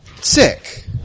sick